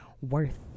worth